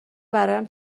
برایم